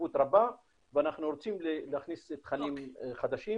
חשיבות רבה ואנחנו רוצים להכניס תכנים חדשים